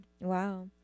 Wow